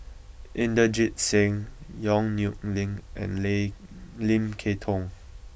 Inderjit Singh Yong Nyuk Lin and Lim Lim Kay Tong